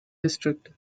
district